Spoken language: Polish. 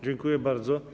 Dziękuję bardzo.